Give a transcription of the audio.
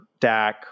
DAC